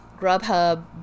Grubhub